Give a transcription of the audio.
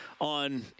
on